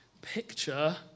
picture